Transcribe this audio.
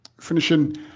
finishing